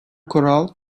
kural